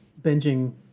binging